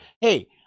Hey